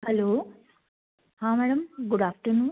hello हाँ madam good afternoon